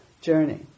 journey